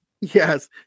Yes